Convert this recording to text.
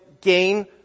gain